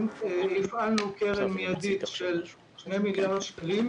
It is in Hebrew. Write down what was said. והפעלנו קרן מידית של 2 מיליארדי שקלים